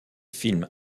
film